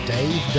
Dave